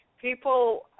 people